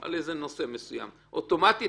על נושא מסוים, אוטומטית